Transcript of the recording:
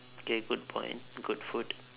okay good point good food